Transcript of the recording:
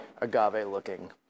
agave-looking